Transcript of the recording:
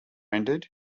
ended